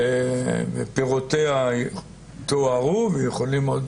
הוא חשוב ופירותיה תוארו, ויכולים עוד